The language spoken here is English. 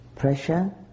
pressure